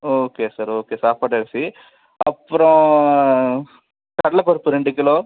okay sir okay சாப்பாட்டு அரிசி அப்புறோம் கடலைப்பருப்பு ரெண்டு கிலோ